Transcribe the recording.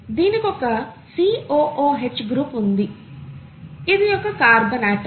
దీనికొక COOH group ఉంది ఇది ఒక కార్బన్ ఆటమ్